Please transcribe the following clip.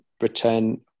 return